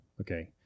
Okay